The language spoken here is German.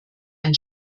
ein